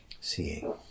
seeing